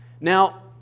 Now